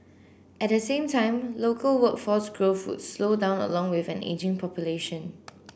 at the same time local workforce growth would slow down along with an ageing population